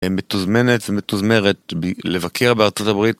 מתוזמנת ומתוזמרת לבקר בארצות הברית.